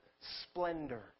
splendor